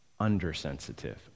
undersensitive